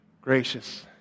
Gracious